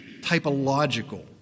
typological